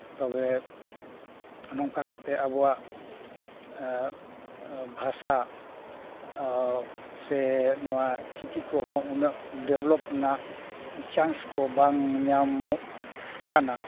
ᱛᱚᱵᱮ ᱱᱚᱝᱠᱟ ᱠᱟᱛᱮᱫ ᱟᱵᱚᱣᱟᱜ ᱵᱷᱟᱥᱟ ᱥᱮ ᱱᱚᱣᱟ ᱪᱤᱠᱤ ᱠᱚᱦᱚᱸ ᱩᱱᱟᱹᱜ ᱰᱮᱵᱷᱞᱚᱯ ᱨᱮᱱᱟᱜ ᱪᱟᱱᱥ ᱠᱚ ᱵᱟᱝ ᱧᱟᱢᱚᱜ ᱠᱟᱱᱟ